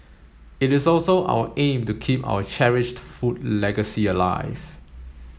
it is also our aim to keep our cherished food legacy alive